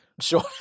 sure